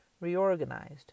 reorganized